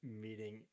meeting